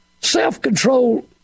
Self-control